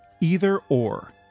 Either-Or